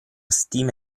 stima